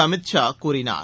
அமித் ஷா கூறினார்